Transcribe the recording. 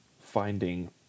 finding